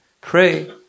pray